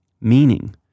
Meaning